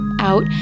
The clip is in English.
out